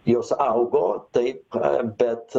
jos augo taip na bet